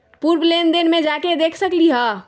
पूर्व लेन देन में जाके देखसकली ह?